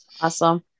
Awesome